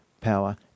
power